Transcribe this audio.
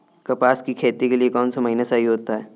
कपास की खेती के लिए कौन सा महीना सही होता है?